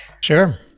Sure